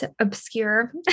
obscure